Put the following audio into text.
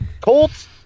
Colts